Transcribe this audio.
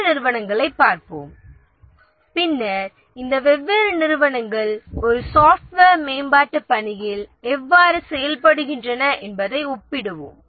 மற்ற அமைப்புக்களை பார்ப்போம் பின்னர் இந்த வெவ்வேறு அமைப்புக்கள் ஒரு சாப்ட்வேர் மேம்பாட்டுப் பணியில் எவ்வாறு செயல்படுகின்றன என்பதை ஒப்பிடுவோம்